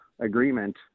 agreement